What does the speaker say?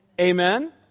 amen